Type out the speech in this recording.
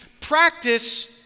practice